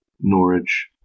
Norwich